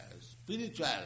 spiritual